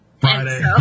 Friday